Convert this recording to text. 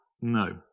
No